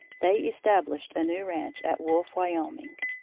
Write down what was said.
they established a new ranch at wolf, wyoming.